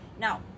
Now